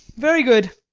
very, good,